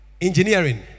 engineering